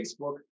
Facebook